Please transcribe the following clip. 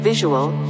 visual